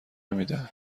میدن